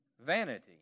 vanity